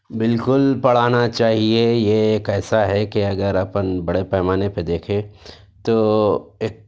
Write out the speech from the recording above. بالکل پڑھانا چاہیے یہ ایک ایسا ہے کہ اگر اپن بڑے پیمانے پہ دیکھیں تو ایک